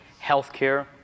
healthcare